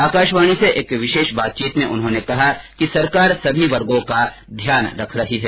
आकाशवाणी से एक विशेष बातचीत में उन्होंने कहा कि सरकार सभी वर्गों का ध्यान रख रही है